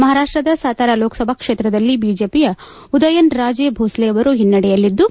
ಮಹಾರಾಷ್ಷದ ಸತಾರ ಲೋಕಸಭಾ ಕ್ಷೇತ್ರದಲ್ಲಿ ಬಿಜೆಪಿಯ ಉದಯನ್ ರಾಜೀ ಬೋಸ್ಲೆ ಅವರು ಹಿನ್ನಡೆಯಲ್ಲಿದ್ದು